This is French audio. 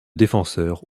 défenseur